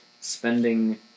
spending